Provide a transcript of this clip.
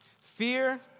fear